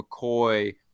McCoy